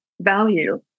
value